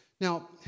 Now